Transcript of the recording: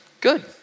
good